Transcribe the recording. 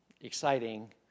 exciting